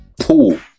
pool